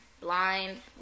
blind